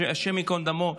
השם ייקום דמו.